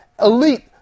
elite